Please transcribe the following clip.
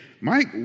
Mike